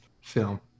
film